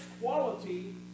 quality